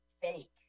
fake